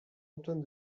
antoine